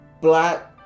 Black